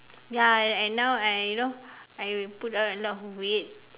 ya and now I you know I put on a lot of weight